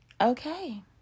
okay